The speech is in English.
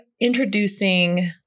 introducing